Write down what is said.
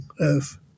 Earth